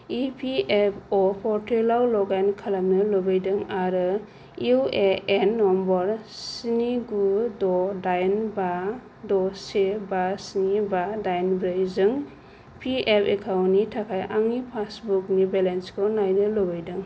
E P F O पर्टेलाव log in खालामनो लुबैदों आरो इउ ए एन नाम्बार स्नि गु द' दाइन बा द' से बा स्नि बा दाइन ब्रै जों पि एफ एकाउन्टनि थाखाय आंनि पासबुकनि बेलेन्सखौै नायनो लुबैदों